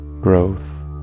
growth